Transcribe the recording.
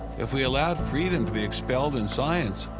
if we allowed freedom to be expelled in science,